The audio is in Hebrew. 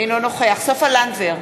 אינו נוכח סופה לנדבר,